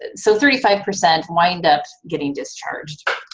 ah so thirty five percent wind up getting discharged.